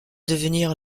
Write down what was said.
devenir